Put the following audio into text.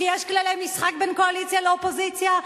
שיש כללי משחק בין קואליציה לאופוזיציה?